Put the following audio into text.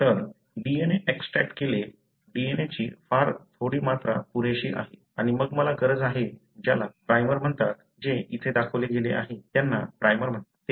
तर DNA extract केले DNA ची फार थोडी मात्रा पुरेशी आहे आणि मग मला गरज आहे ज्याला प्राइमर म्हणतात जे इथे दाखवले गेले आहे त्यांना प्राइमर म्हणतात